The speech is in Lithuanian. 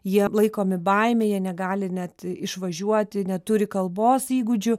jie laikomi baimėj jie negali net išvažiuoti neturi kalbos įgūdžių